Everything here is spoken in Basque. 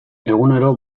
egunero